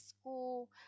school